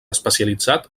especialitzat